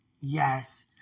yes